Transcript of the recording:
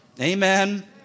Amen